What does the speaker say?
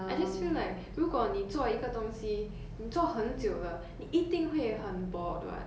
I just feel like 如果你做一个东西你做很久了你一定会很 bored [what]